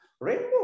Rainbow